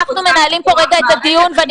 אנחנו מנהלים פה רגע את הדיון ואני